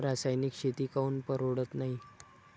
रासायनिक शेती काऊन परवडत नाई?